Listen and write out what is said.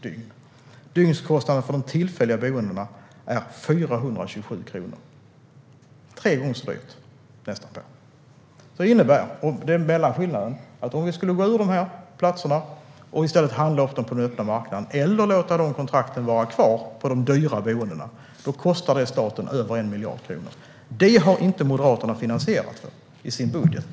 Dygnskostnaden för de tillfälliga boendena är 427 kronor per individ. Om vi går ur lägenheterna och i stället handlar upp platserna på den öppna marknaden eller låter kontrakten på de dyra boendena vara kvar kostar det staten över 1 miljard kronor. Det har Moderaterna inte finansierat i sin budget.